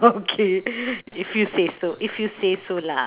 oh okay if you so if you say so lah